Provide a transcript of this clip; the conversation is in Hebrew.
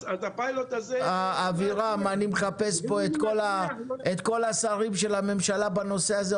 הפיילוט הזה --- אני מחפש פה את כל השרים של הממשלה בנושא הזה,